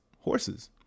horses